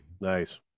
Nice